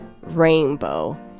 rainbow